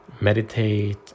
meditate